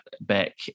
back